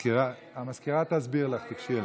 המזכירה תסביר לך, תיגשי אליה.